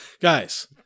Guys